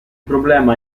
problema